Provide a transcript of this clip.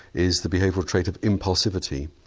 is the behavioural trait of impulsivity.